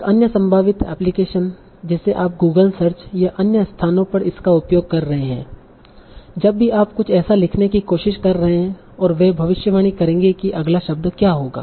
एक अन्य संभावित एप्लिकेशन जिसे आप गूगल सर्च या अन्य स्थानों पर इसका उपयोग कर रहे हैं जब भी आप कुछ ऐसा लिखने की कोशिश कर रहे हैं और वे भविष्यवाणी करेंगे कि अगला शब्द क्या होगा